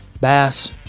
Bass